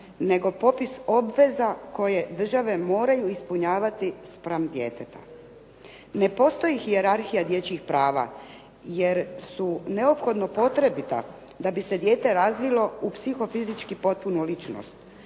nego popis obveza koje države moraju ispunjavati spram djeteta. Ne postoji hijerarhija dječjih prava, jer su neophodno potrebita da bi se dijete razvilo u psihofizičku potpunu ličnost.